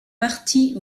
parties